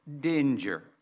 danger